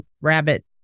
rabbit